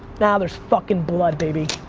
now there's fuckin' blood baby.